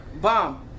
Bomb